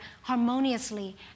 harmoniously